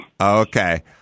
Okay